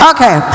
Okay